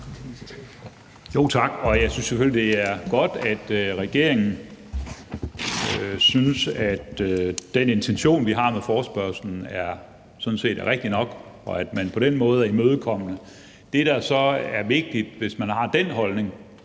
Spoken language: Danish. Tak. Jeg synes selvfølgelig, det er godt, at regeringen synes, at den intention, vi har med forespørgslen, sådan set er rigtig nok, og at man på den måde er imødekommende. Det, der så er vigtigt, hvis man har den holdning,